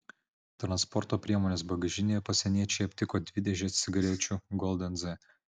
transporto priemonės bagažinėje pasieniečiai aptiko dvi dėžes cigarečių gold nz